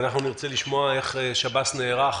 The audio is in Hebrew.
נרצה לשמוע איך שב"ס נערך